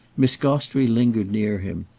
miss gostrey lingered near him,